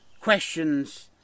questions